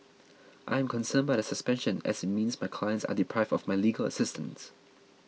I am concerned by the suspension as it means my clients are deprived of my legal assistance